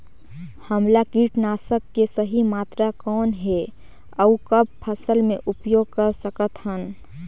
हमला कीटनाशक के सही मात्रा कौन हे अउ कब फसल मे उपयोग कर सकत हन?